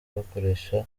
abakoresha